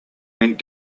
went